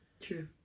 True